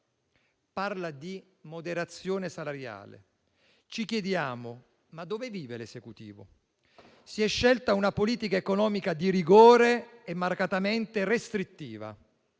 Parla di moderazione salariale. Ci chiediamo: ma dove vive l'Esecutivo? Si è scelta una politica economica di rigore e marcatamente restrittiva.